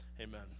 amen